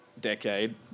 decade